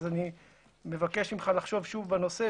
אני מבקש ממך לחשוב שוב בנושא,